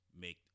make